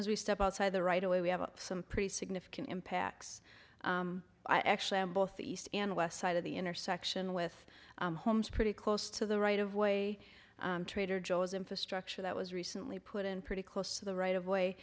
we step outside the right away we have some pretty significant impacts i actually am both east and west side of the intersection with homes pretty close to the right of way trader joe's infrastructure that was recently put in pretty close to the right of way